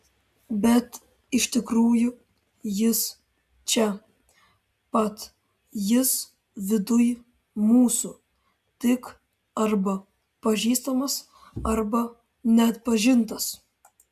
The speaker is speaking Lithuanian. bet iš tikrųjų jis čia pat jis viduj mūsų tik arba pažįstamas arba neatpažintas